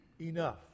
enough